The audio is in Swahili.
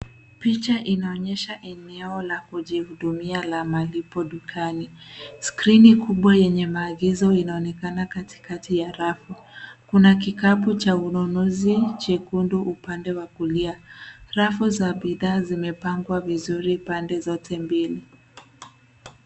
Picha inaonyesha eneo la kujihudumia la malipo dukani. Skrini kubwa yenye maagizo inaonekana katikati ya rafu. Kuna kikapu cha ununuzi chekundu upande wa kulia. Rafu za bidhaa zimepangwa vizuri pande zote mbili.